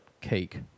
cake